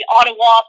Ottawa